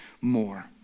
more